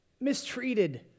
Mistreated